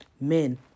Men